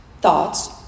thoughts